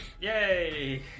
yay